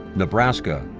nebraska,